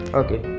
okay